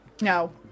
No